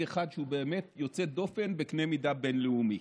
אחד שהוא באמת יוצא דופן בקנה מידה בין-לאומי.